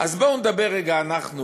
אז בואו נדבר רגע אנחנו,